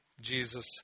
Jesus